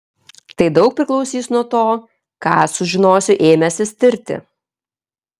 tai daug priklausys nuo to ką sužinosiu ėmęsis tirti